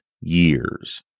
years